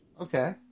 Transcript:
Okay